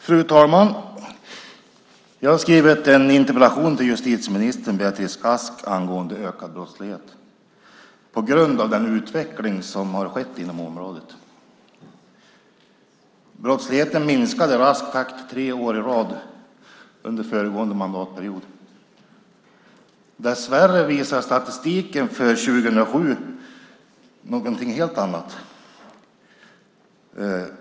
Fru talman! Jag har skrivit en interpellation till justitieminister Beatrice Ask angående ökad brottslighet på grund av den utveckling som har skett på området. Brottsligheten minskade i rask takt tre år i rad under den föregående mandatperioden. Dessvärre visar statistiken för 2007 någonting helt annat.